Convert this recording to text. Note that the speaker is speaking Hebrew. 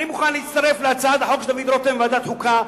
אני מוכן להצטרף להצעת החוק של דוד רותם בוועדת חוקה,